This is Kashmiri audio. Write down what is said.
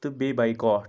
تہٕ بیٚیہِ بایکاٹ